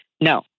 No